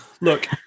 Look